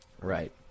Right